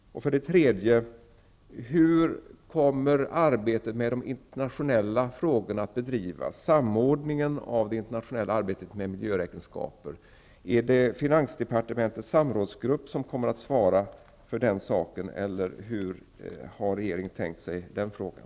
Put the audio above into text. Den tredje frågan är: Hur kommer arbetet med de internationella frågorna att bedrivas? Hur kommer samordningen av det internationella arbetet med miljöräkenskaper att ske? Är det finansdepartementets samrådsgrupp som kommer att svara för den saken, eller hur har regeringen tänkt sig att lösa den frågan?